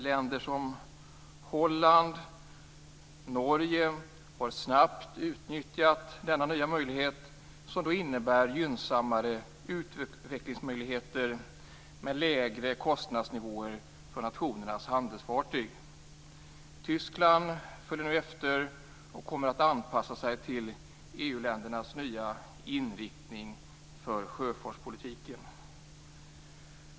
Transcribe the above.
Länder som Holland och Norge har snabbt utnyttjat denna nya möjlighet som innebär gynnsammare utvecklingmöjligheter med lägre kostnadsnivåer för nationernas handelsfartyg. Tyskland följer nu efter och kommer att anpassa sig till EU-ländernas nya inriktning för sjöfartspolitiken.